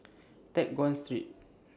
Teck Guan Street